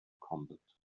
combat